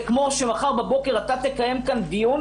זה כמו שמחר בבוקר אתה תקיים כאן דיון,